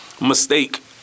mistake